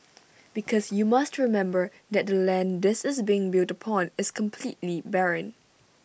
because you must remember that the land this is being built upon is completely barren